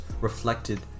reflected